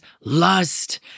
lust